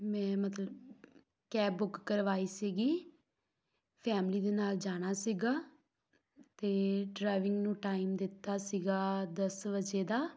ਮੈਂ ਮਤਲਬ cab book ਕਰਵਾਈ ਸੀਗੀ ਫੈਮਲੀ ਦੇ ਨਾਲ ਜਾਣਾ ਸੀਗਾ ਅਤੇ ਡਰਾਈਵਿੰਗ ਨੂੰ ਟਾਈਮ ਦਿੱਤਾ ਸੀਗਾ ਦਸ ਵਜੇ ਦਾ